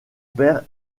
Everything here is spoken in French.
père